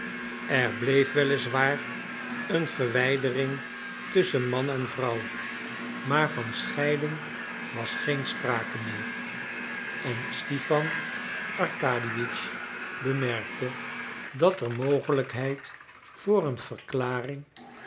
er bleef wel is waar een verwijdering tusschen man en vrouw maar van scheiding was geen sprake meer en stipan arkadiewitsch bemerkte dat er mogelijkheid voor een verklaring